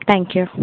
thank you